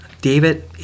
David